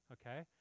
okay